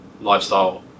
lifestyle